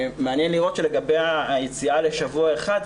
מעניין לראות שלגבי היציאה לשבוע אחד,